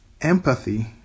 empathy